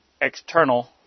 external